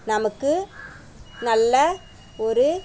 நமக்கு நல்ல ஒரு